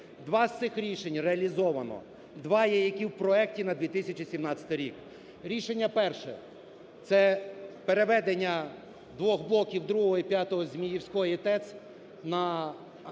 Два з цих рішень реалізовано. Два є, які є в проекті на 2017 рік. Рішення перше, це переведення двох блоків, другого і п'ятого, Зміївської ТЕС на газову